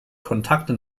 kontakte